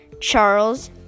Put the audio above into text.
Charles